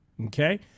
okay